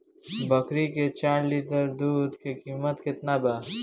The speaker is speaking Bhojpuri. बकरी के चार लीटर दुध के किमत केतना बा?